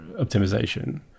optimization